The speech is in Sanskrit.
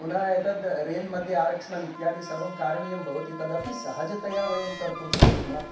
पुनः एतद् रेल्मध्ये आरक्षणम् इत्यादि सर्वं कारणीयं भवति तदपि सहजतया वयं कर्तुं शक्नुमः